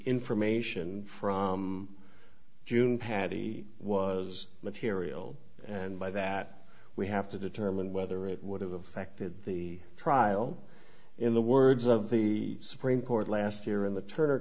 information from june paddy was material and by that we have to determine whether it would have affected the trial in the words of the supreme court last year in the turner